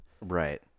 Right